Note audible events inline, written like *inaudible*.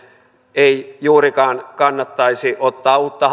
ei juurikaan kannattaisi ottaa uutta *unintelligible*